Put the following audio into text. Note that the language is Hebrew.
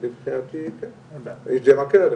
מבחינתי כן, אם זה מקל עלייך.